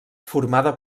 formada